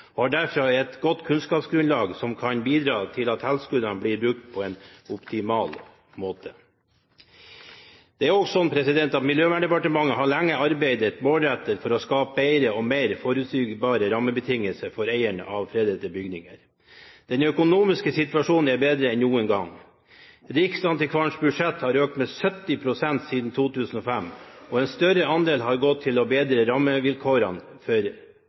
og har derfra et godt kunnskapsgrunnlag, som kan bidra til at tilskuddene blir brukt på en optimal måte. Det er også slik at Miljøverndepartementet lenge har arbeidet målrettet for å skape bedre og mer forutsigbare rammebetingelser for eiere av fredede bygninger. Den økonomiske situasjonen er bedre enn noen gang. Riksantikvarens budsjett har økt med 70 pst. siden 2005, og en større andel har gått til å bedre rammevilkårene for